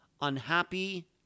unhappy